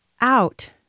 out